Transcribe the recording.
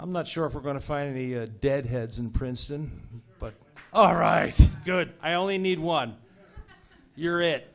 i'm not sure if we're going to find any dead heads in princeton but all right good i only need one your i